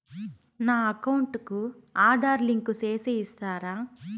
నా అకౌంట్ కు ఆధార్ లింకు సేసి ఇస్తారా?